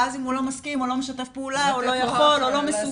ואז אם הוא לא מסכים או לא משתף פעולה או לא יכול או לא מסוגל,